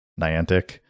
Niantic